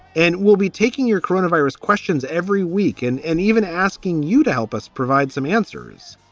and we'll be taking your coronavirus questions every week and and even asking you to help us provide some answers